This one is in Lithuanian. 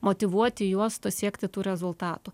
motyvuoti juos siekti tų rezultatų